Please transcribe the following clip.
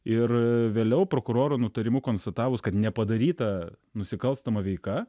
ir vėliau prokuroro nutarimu konstatavus kad nepadaryta nusikalstama veika